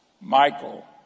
Michael